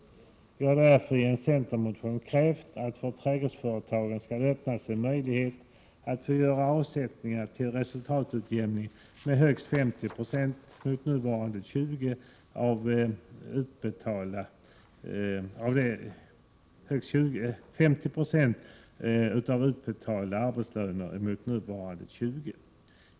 Vi har därför i en centermotion krävt att det för trädgårdsföretagen skulle öppnas en möjlighet att få göra avsättningar till resultatutjämning med högst 50 96 av utbetalda löner, mot nuvarande högst 20 26.